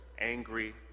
angry